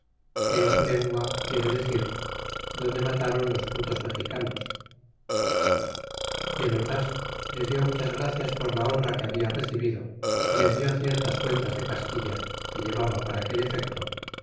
que en su lengua quiere decir donde mataron los putos mexicanos y el ordas les dió muchas gracias por la honra que habla recibido y les dió ciertas cuentas de castilla que llevaba para aquel efecto